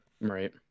Right